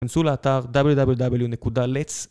כנסו לאתר www.letz